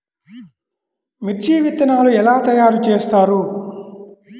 మిర్చి విత్తనాలు ఎలా తయారు చేస్తారు?